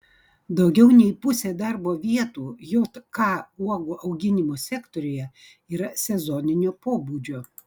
daugiau nei pusė darbo vietų jk uogų auginimo sektoriuje yra sezoninio pobūdžio